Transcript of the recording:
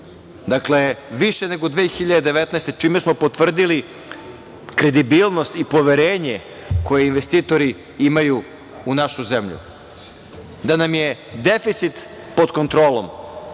dakle, više nego 2019. godine, čime smo potvrdili kredibilnost i poverenje koje investitori imaju u našu zemlju. Deficit nam je pod kontrolom,